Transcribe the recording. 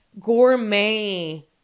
gourmet